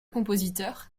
compositeur